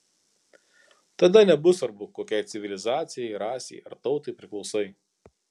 tada nebus svarbu kokiai civilizacijai rasei ar tautai priklausai